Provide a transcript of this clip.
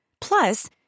Plus